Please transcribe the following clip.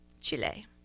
Chile